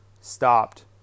stopped